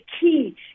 key